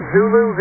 Zulu